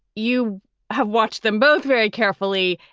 you have watched them both very carefully.